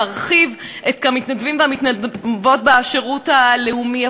להגדיל את מספר המתנדבים והמתנדבות בשירות הלאומי.